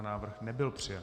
Návrh nebyl přijat.